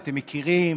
אתם מכירים,